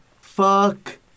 Fuck